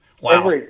wow